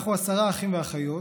אנחנו עשרה אחים ואחיות,